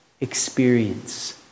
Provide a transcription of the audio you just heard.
experience